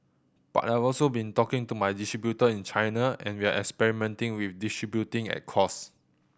but I've also been talking to my distributor in China and we're experimenting with distributing at cost